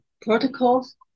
protocols